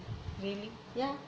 really